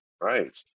right